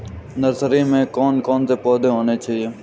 Nursery में कौन कौन से पौधे होने चाहिए?